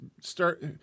start